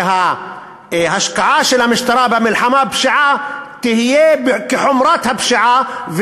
שההשקעה של המשטרה במלחמה בפשיעה תהיה כחומרת הפשיעה,